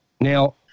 Now